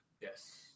Yes